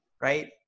Right